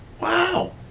Wow